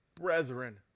brethren